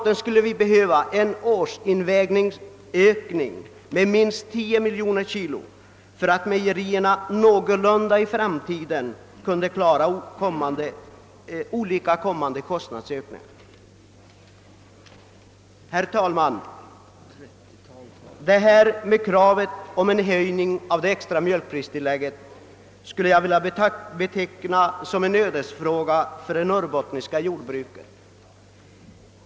Vi skulle behöva en årsinvägningsökning med minst 10 miljoner kilo för att mejerierna i framtiden skall klara kommande kostnadsökningar. Herr talman! En höjning av det extra mjölkpristillägget är en ödesfråga för det norrbottniska jordbruket.